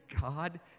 God